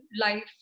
life